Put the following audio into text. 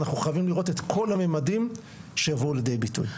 אנחנו חייבים לראות את כל הממדים שיבואו לידי ביטוי.